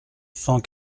cent